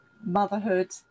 motherhood